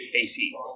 AC